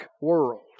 world